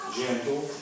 gentle